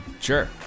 Sure